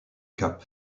cap